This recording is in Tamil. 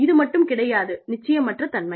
இது மட்டும் கிடையாது நிச்சயமற்ற தன்மை